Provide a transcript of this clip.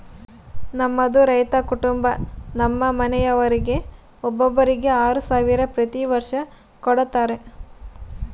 ನಮ್ಮದು ರೈತ ಕುಟುಂಬ ನಮ್ಮ ಮನೆಯವರೆಲ್ಲರಿಗೆ ಒಬ್ಬರಿಗೆ ಆರು ಸಾವಿರ ಪ್ರತಿ ವರ್ಷ ಕೊಡತ್ತಾರೆ